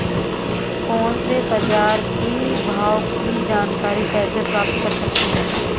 Phone से बाजार के भाव की जानकारी कैसे प्राप्त कर सकते हैं?